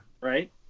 right